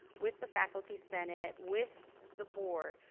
with the faculty senate, with the board,